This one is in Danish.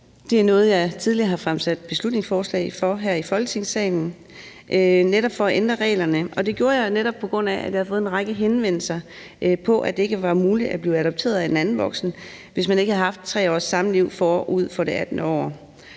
Det er noget, jeg tidligere har fremsat beslutningsforslag om her i Folketingssalen for netop at ændre reglerne, og det gjorde jeg netop på grund af, at jeg har fået en række henvendelser om, at det ikke var muligt at blive adopteret af en anden voksen, hvis man ikke har haft 3 års samliv forud for det 18. år.